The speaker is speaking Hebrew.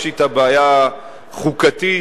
יש אתה בעיה חוקתית